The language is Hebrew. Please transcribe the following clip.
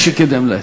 מס' 44),